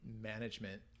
management